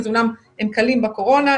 אז אמנם הם קלים בקורונה,